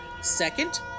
Second